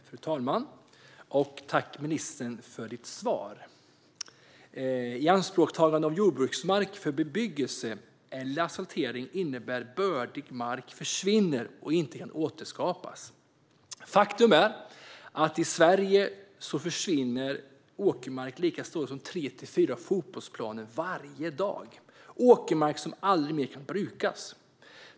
Fru talman! Tack, ministern, för ditt svar! Ianspråktagande av jordbruksmark för bebyggelse eller asfaltering innebär att bördig mark försvinner och inte kan återskapas. Faktum är att i Sverige försvinner åkermark lika stor som tre till fyra fotbollsplaner varje dag. Det är åkermark som aldrig mer kan brukas.